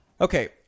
Okay